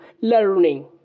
learning